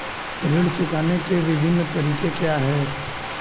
ऋण चुकाने के विभिन्न तरीके क्या हैं?